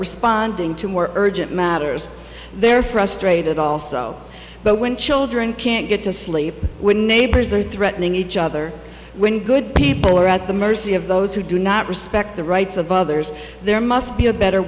responding to more urgent matters they're frustrated also but when children can't get to sleep when neighbors are threatening each other when good people are at the mercy of those who do not respect the rights of others there must be a better